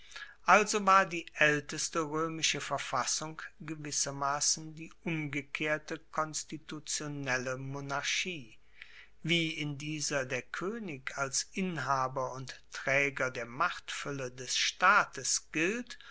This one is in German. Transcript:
also war die aelteste roemische verfassung gewissermassen die umgekehrte konstitutionelle monarchie wie in dieser der koenig als inhaber und traeger der machtfuelle des staates gilt